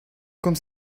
comme